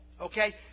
okay